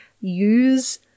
use